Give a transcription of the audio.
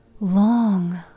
Long